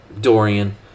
Dorian